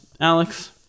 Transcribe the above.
Alex